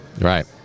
right